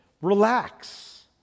relax